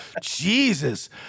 Jesus